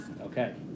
Okay